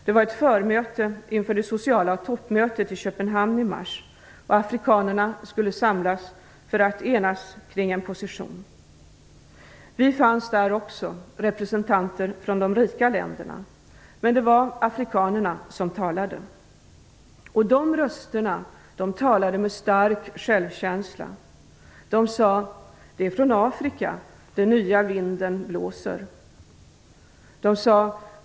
Det var ett förmöte inför det sociala toppmötet i Köpenhamn i mars. Afrikanerna skulle samlas för att enas kring en position. Vi fanns där också, representanter från de rika länderna. Men det var afrikanerna som talade. Dessa röster talade med stark självkänsla. De sade: "Det är från Afrika den nya vinden blåser.